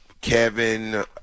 kevin